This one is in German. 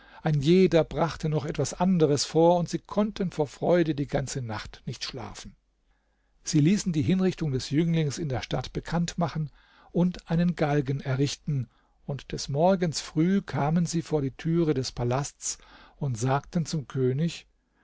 ein jeder brachte noch etwas anderes vor und sie konnten vor freude die ganze nacht nicht schlafen sie ließen die hinrichtung des jünglings in der stadt bekannt machen und einen galgen errichten und des morgens früh kamen sie vor die türe des palasts und sagten zum könig